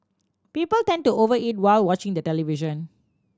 people tend to over eat while watching the television